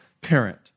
parent